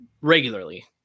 regularly